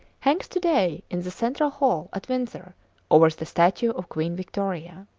hangs to-day in the central hall at windsor over the statue of queen victoria.